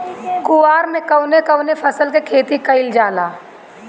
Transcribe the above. कुवार में कवने कवने फसल के खेती कयिल जाला?